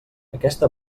aquesta